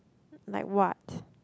like what